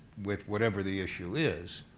with whatever the issue is.